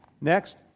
next